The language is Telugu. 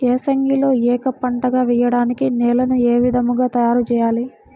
ఏసంగిలో ఏక పంటగ వెయడానికి నేలను ఏ విధముగా తయారుచేయాలి?